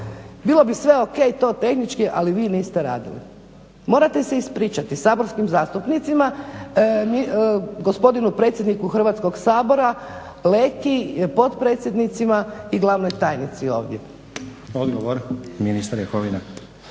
bilo bi sve ok to tehnički, ali vi niste radili. Morate se ispričati saborskim zastupnicima, gospodinu predsjedniku Hrvatskog sabora Leki, potpredsjednicima i glavnoj tajnici ovdje. **Stazić, Nenad